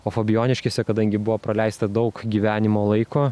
o fabijoniškėse kadangi buvo praleista daug gyvenimo laiko